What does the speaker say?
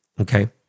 Okay